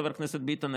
חבר הכנסת ביטן,